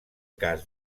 cas